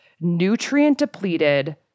nutrient-depleted